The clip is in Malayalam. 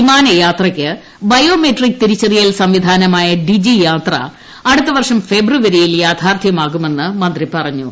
വിമാനയാത്രക്ക് ബയോമെട്രിക് തിരിച്ചറിയൽ സംവിധാനമായ ഡിജി യാത്ര അടുത്ത വർഷം ഫെബ്രുവരിയിൽ യാഥാർത്ഥ്യമാവുമെന്ന് മന്ത്രി പറഞ്ഞു